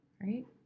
right